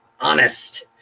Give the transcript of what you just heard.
honest